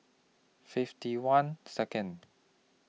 fifty one Second